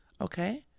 okay